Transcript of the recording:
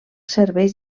serveix